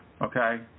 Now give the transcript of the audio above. Okay